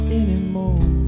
anymore